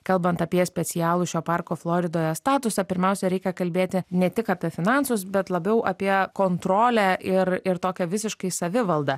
kalbant apie specialų šio parko floridoje statusą pirmiausia reikia kalbėti ne tik apie finansus bet labiau apie kontrolę ir ir tokią visiškai savivaldą